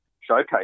showcase